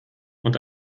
und